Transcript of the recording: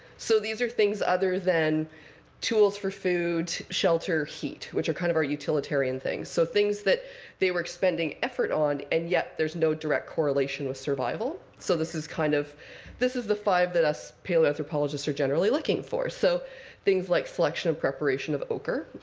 so these are things other than tools for food, shelter, heat, which are kind of our utilitarian things so things that they were expending effort on and yet there's no direct correlation correlation with survival. so this is kind of this is the five that us paleoanthropologists are generally looking for. so things like selection and preparation of ochre,